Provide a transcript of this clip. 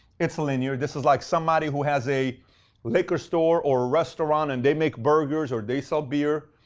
it's linear. this is like somebody who has a liquor store or a restaurant and they make burgers or they sell beer,